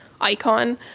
icon